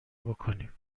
بکنیم